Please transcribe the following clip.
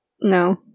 No